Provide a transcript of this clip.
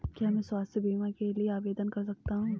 क्या मैं स्वास्थ्य बीमा के लिए आवेदन कर सकता हूँ?